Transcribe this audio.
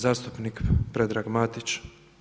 Zastupnik Predrag Matić.